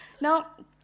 Now